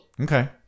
Okay